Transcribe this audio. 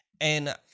And-